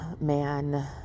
man